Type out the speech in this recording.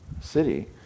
city